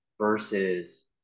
versus